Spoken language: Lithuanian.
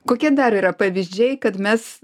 kokie dar yra pavyzdžiai kad mes